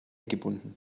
gebunden